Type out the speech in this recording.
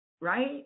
right